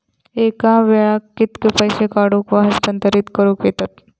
एका वेळाक कित्के पैसे काढूक व हस्तांतरित करूक येतत?